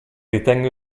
ritengo